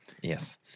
Yes